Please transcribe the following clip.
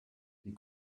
die